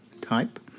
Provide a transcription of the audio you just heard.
type